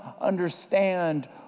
understand